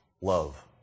love